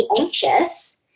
anxious